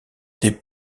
des